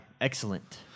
excellent